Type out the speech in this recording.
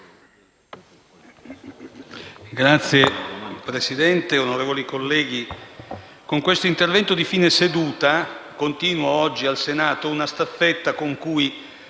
Signor Presidente, onorevoli colleghi, con questo intervento di fine seduta continuo oggi al Senato una staffetta con cui,